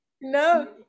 no